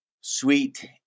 sweet